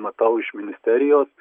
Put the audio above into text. matau iš ministerijos